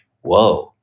whoa